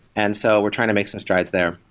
and so we're trying to make some strides there.